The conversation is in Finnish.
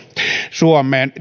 suomeen